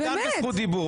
עידן בזכות דיבור.